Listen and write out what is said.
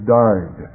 died